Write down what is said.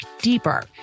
deeper